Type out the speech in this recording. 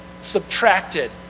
subtracted